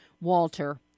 Walter